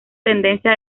tendencia